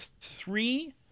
three